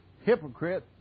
hypocrite